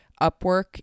Upwork